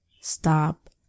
stop